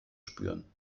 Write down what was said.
spüren